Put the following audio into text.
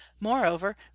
Moreover